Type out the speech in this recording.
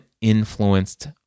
influenced